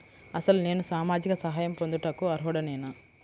అసలు నేను సామాజిక సహాయం పొందుటకు అర్హుడనేన?